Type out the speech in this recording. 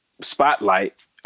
spotlight –